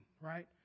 right